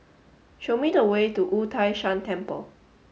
show me the way to Wu Tai Shan Temple